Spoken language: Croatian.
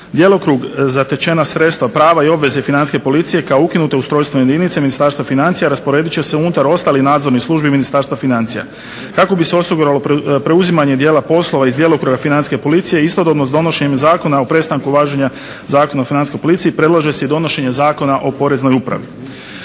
Djelokrug, zatečena sredstva, prava i obveze Financijske policije kao ukinute ustrojstvene jedinice Ministarstva financija rasporedit će se unutar ostalih nadzornih službi Ministarstva financija. Kako bi se osiguralo preuzimanje dijela poslova iz djelokruga Financijske policije istodobno s donošenjem Zakona o prestanku važenja zakona o Financijskoj policiji predlaže se i donošenje Zakona o Poreznoj upravi.